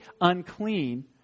unclean